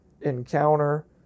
encounter